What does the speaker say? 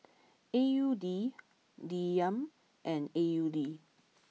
A U D Dirham and A U D